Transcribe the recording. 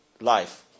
life